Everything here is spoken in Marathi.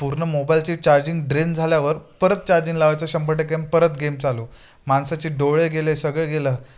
पूर्ण मोबाईलची चार्जिंग ड्रेन झाल्यावर परत चार्जिंग लावायचं शंभर टक्के अन परत गेम चालू माणूस माण साचे डोळे गेले सगळे गेलं